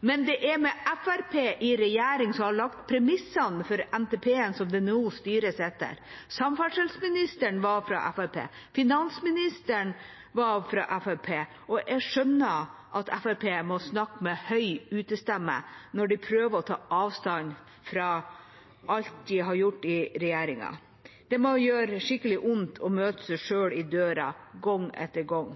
men det er med Fremskrittspartiet i regjering man har lagt premissene for NTP-en som det nå styres etter. Samferdselsministeren var fra Fremskrittspartiet. Finansministeren var fra Fremskrittspartiet. Jeg skjønner at Fremskrittspartiet må snakke med høy utestemme når de prøver å ta avstand fra alt de har gjort i regjering. Det må gjøre skikkelig vondt å møte seg selv i døra gang etter gang